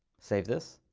save this,